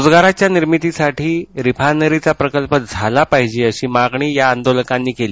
रोजगारांच्या निर्मितीसाठी रिफायनरीचा प्रकल्प झाला पाहिजे अशी मागणी या आंदोलकांनी केली